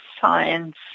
science